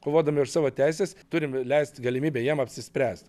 kovodami už savo teises turim leist galimybę jiem apsispręst